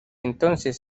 entonces